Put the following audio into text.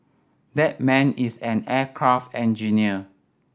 that man is an aircraft engineer